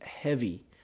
heavy